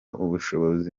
ubushobozi